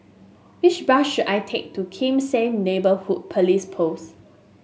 which bus should I take to Kim Seng Neighbourhood Police Post